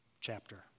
chapter